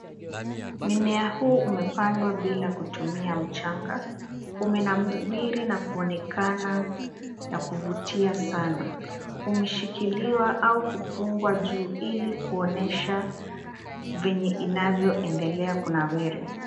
Mimea huu umepandwa bila kutumia mchanga. Umenawiri na kuonekana ya kuvutia sana. Umeshikiliwa au kufungwa juu, ili kuonyesha vyenye inavyoendelea kunawiri.